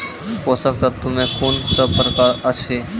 पोसक तत्व मे कून सब प्रकार अछि?